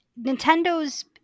Nintendo's